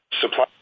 supply